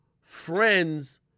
Friends